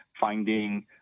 finding